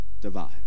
divide